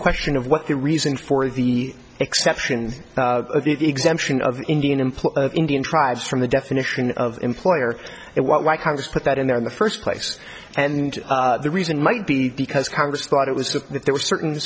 question of what the reason for the exception of the exemption of indian employer indian tribes from the definition of employer it why congress put that in there in the first place and the reason might be because congress thought it was so that there were certain